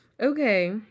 Okay